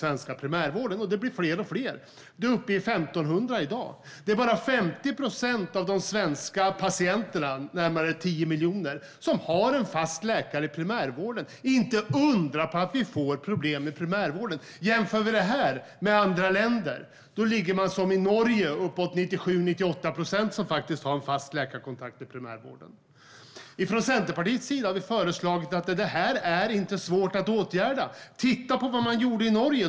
Stafettläkarna blir fler och fler; i dag är siffran uppe i 1 500. Bara 50 procent av de svenska patienterna, som är närmare 10 miljoner, har en fast läkare i primärvården. Inte undra på att vi får problem med primärvården! Detta kan jämföras med andra länder. I Norge är det 97-98 procent som faktiskt har en fast läkarkontakt i primärvården. Från Centerpartiets sida har vi sagt att detta inte är svårt att åtgärda. Titta på vad man gjorde i Norge!